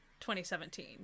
2017